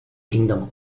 kingdom